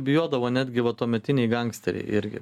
bijodavo netgi va tuometiniai gangsteriai irgi